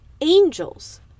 angels